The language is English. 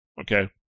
Okay